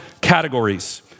categories